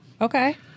okay